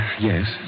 Yes